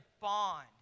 bond